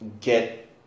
get